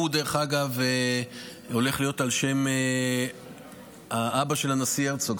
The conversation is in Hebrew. הוא הולך להיות על שם האבא של הנשיא הרצוג,